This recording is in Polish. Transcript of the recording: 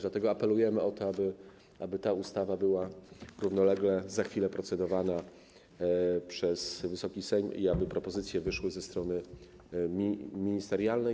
Dlatego apelujemy o to, aby ta ustawa była równolegle, za chwilę, procedowana przez Wysoki Sejm i aby propozycje wyszły ze strony ministerialnej.